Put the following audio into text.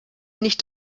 nicht